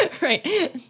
Right